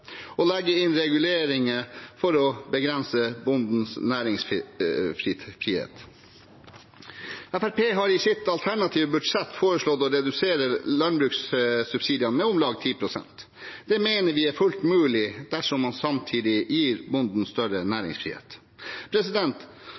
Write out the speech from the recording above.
inn reguleringer for å begrense bondens næringsfrihet. Fremskrittspartiet har i sitt alternative budsjett foreslått å redusere landbrukssubsidiene med om lag 10 pst. Det mener vi er fullt mulig dersom man samtidig gir bonden større